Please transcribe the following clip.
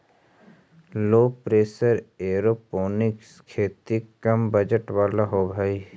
लो pressure aeroponic खेती कम budget वाला होव हई